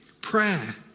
prayer